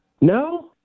No